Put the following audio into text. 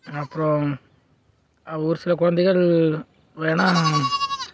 அப்புறம் ஒரு சில குழந்தைகள் வேணால்